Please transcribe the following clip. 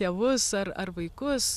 tėvus ar ar vaikus